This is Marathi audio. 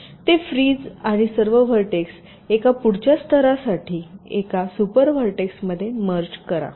हे घे ते फ्रीझ आणि सर्व व्हर्टेक्स एका पुढच्या स्तरासाठी एका सुपर व्हर्टेक्समध्ये मर्ज करा